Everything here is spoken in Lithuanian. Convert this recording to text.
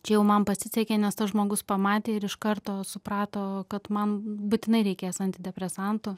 čia jau man pasisekė nes tas žmogus pamatė ir iš karto suprato kad man būtinai reikės antidepresantų